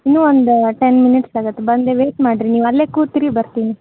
ಇನ್ನು ಒಂದು ten minutes ಆಗತ್ತೆ ಬಂದೆ ವೇಟ್ ಮಾಡಿ ರಿ ನೀವು ಅಲ್ಲೇ ಕೂತಿರಿ ಬರ್ತೀನಿ